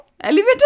elevator